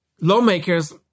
lawmakers